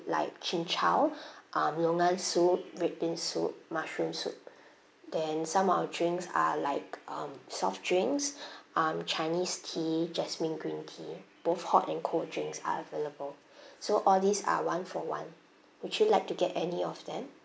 like chin chow uh longan soup red bean soup mushroom soup then some of our drinks are like um soft drinks um chinese tea jasmine green tea both hot and cold drinks are available so all these are one for one would you like to get any of them